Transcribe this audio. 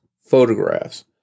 photographs